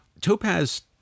Topaz